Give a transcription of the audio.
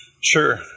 Sure